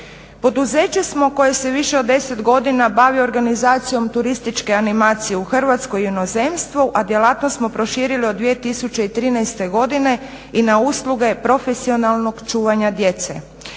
Poduzeće smo koje se više od 10 godina bavi organizacijom turističke animacije u Hrvatskoj i u inozemstvu, a djelatnost smo proširili od 2013. godine i na usluge profesionalnog čuvanja djece.